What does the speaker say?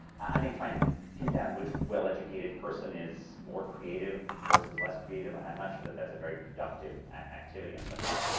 i think trying to pin down which well-educated person is more creative versus less creative, i'm not sure that that's a very productive activity on some level.